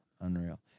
Unreal